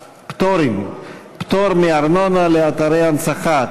(פטורין) (מס' 25) (פטור מארנונה לאתרי הנצחה),